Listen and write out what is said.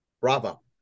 Bravo